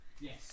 Yes